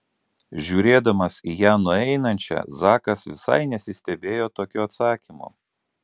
žiūrėdamas į ją nueinančią zakas visai nesistebėjo tokiu atsakymu